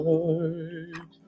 Lord